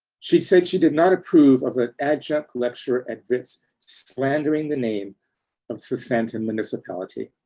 she said she did not approve of the adjunct lecturer at wits slandering the name of sandton municipality.